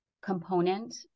component